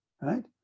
right